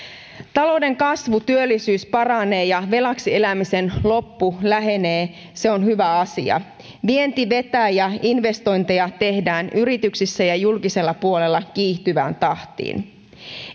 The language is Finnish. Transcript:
talouden kasvu työllisyys paranee ja velaksi elämisen loppu lähenee se on hyvä asia vienti vetää ja investointeja tehdään yrityksissä ja julkisella puolella kiihtyvään tahtiin